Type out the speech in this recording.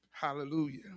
Hallelujah